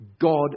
God